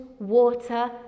water